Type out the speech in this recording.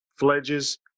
fledges